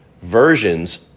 versions